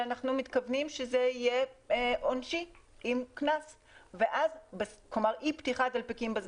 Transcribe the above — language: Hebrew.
מתכוונים שזה יהיה עונשי, כלומר עם קנס.